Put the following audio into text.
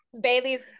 Bailey's